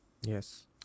Yes